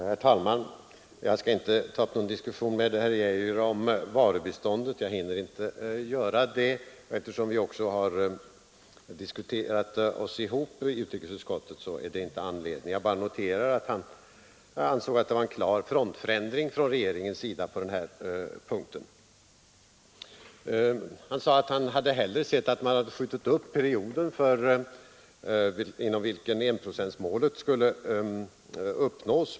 Herr talman! Jag skall inte ta upp någon diskussion med herr Geijer om varubiståndet. Jag hinner inte göra det. Eftersom vi har diskuterat ihop oss i utrikesutskottet, finns heller ingen anledning därtill. Jag vill bara notera, att herr Geijer ansåg det vara en klar frontförändring från regeringens sida på den här punkten. Herr Geijer sade att han hellre sett att man skjutit upp den period inom vilken enprocentsmålet skulle uppnås.